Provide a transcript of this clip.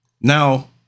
Now